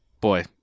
boy